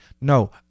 No